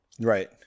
Right